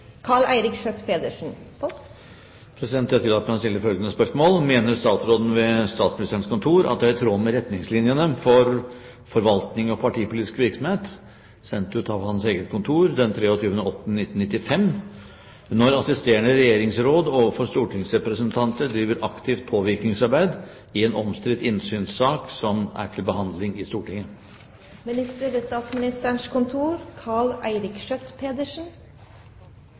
statsråden ved Statsministerens kontor at det er i tråd med retningslinjene for forvaltning og partipolitisk virksomhet, datert 23. august 1995, når assisterende regjeringsråd overfor stortingsrepresentanter driver aktivt påvirkningsarbeid i en omstridt innsynssak som er til behandling i Stortinget?»